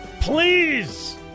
please